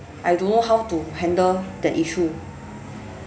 I don't know how to handle that issue